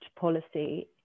policy